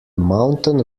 mountain